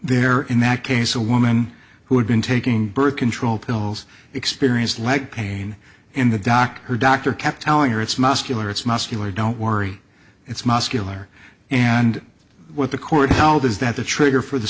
there in that case a woman who had been taking birth control pills experienced leg pain in the doc her doctor kept telling her it's muscular it's muscular don't worry it's muscular and what the court upheld is that the trigger for the